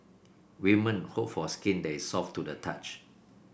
women hope for skin that is soft to the touch